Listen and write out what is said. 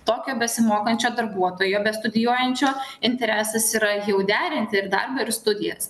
tokio besimokančio darbuotojo bestudijuojančio interesas yra jau derinti ir darbą ir studijas